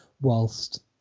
whilst